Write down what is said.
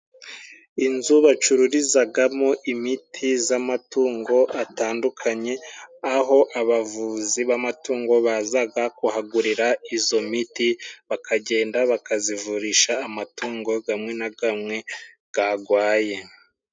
Inzu bacururizagamo imiti z'amatungo atandukanye, aho abavuzi b'amatungo bazaga kuhagurira izo miti, bakagenda bakazivurisha amatungo gamwe na gamwe gagwaye.